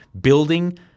building